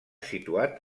situat